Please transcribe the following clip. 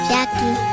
Jackie